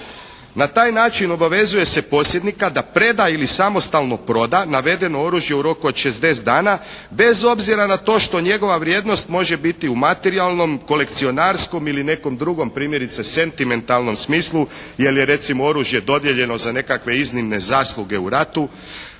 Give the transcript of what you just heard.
Na taj način obavezuje se posjednika da preda ili samostalno proda navedeno oružje u roku od 60 dana bez obzira na to što njegova vrijednost može biti u materijalnom, kolekcionarskom ili nekom drugom primjerice sentimentalnom smislu jer je recimo oružje dodijeljeno za nekakve iznimne zasluge u ratu